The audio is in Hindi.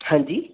हाँ जी